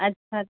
अछा